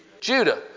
Judah